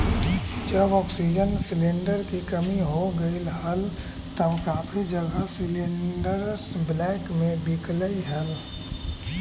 जब oxygen cylinder की कमी हो गईल हल तब काफी जगह सिलेंडरस ब्लैक में बिकलई हल